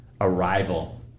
arrival